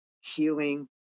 healing